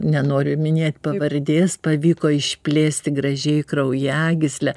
nenoriu minėt pavardės pavyko išplėsti gražiai kraujagyslę